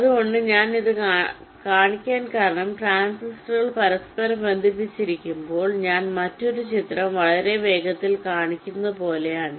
അതുകൊണ്ട് ഞാൻ ഇത് കാണിക്കാൻ കാരണം ട്രാൻസിസ്റ്ററുകൾ പരസ്പരം ബന്ധിപ്പിച്ചിരിക്കുമ്പോൾ ഞാൻ മറ്റൊരു ചിത്രം വളരെ വേഗത്തിൽ കാണിക്കുന്നത് പോലെയാണ്